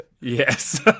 Yes